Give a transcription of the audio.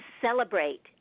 celebrate